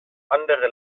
andere